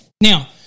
Now